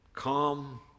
Calm